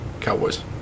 Cowboys